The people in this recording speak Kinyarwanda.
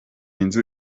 inzu